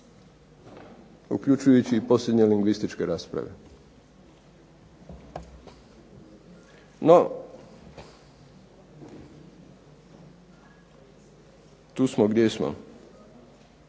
uključujući i posljednje lingvističke rasprave. No tu smo gdje smo.